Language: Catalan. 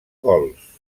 gols